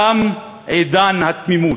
תם עידן התמימות.